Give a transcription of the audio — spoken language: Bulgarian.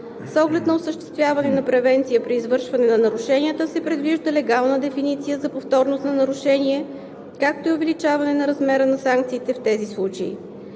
С оглед на осъществяване на превенция при извършване на нарушенията се предвижда легална дефиниция за „повторност на нарушение“, както и увеличаване на размера на санкциите в тези случаи.